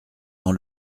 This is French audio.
dans